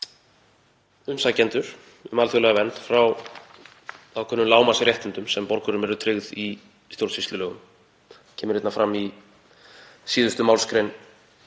umsækjendur um alþjóðlega vernd frá ákveðnum lágmarksréttindum sem borgurum eru tryggð í stjórnsýslulögum. Það kemur hérna fram í síðustu málsgrein